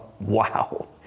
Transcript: wow